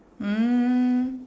mm